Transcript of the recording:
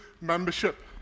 membership